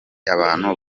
abantu